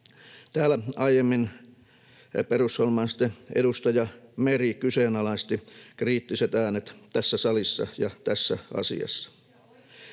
Täällä aiemmin perussuomalaisten edustaja Meri kyseenalaisti kriittiset äänet tässä salissa ja tässä asiassa.